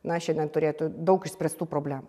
na šiandien turėtų daug išspręstų problemų